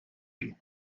chi